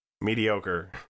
mediocre